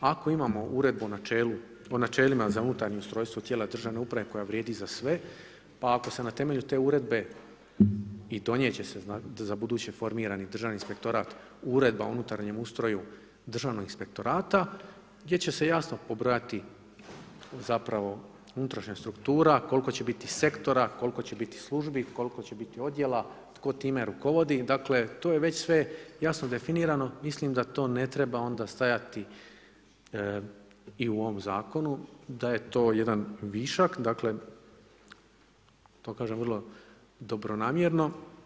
Ako imamo Uredbom o načelima za unutarnje ustrojstvo tijela državne uprave koja vrijedi za sve, pa ako se na temelju te uredbe i donijet će za ubuduće formirani Državni inspektorat uredba o unutarnjem ustroju Državnog inspektorata, gdje će se jasno pobrojati zapravo unutrašnja struktura, koliko će biti sektora, koliko će biti službi, koliko će biti odjela, tko time rukovodi, dakle to je već sve jasno definirano, mislim da to onda ne treba stajati i u ovom zakonu, da je to jedan višak, dakle to kažem vrlo dobronamjerno.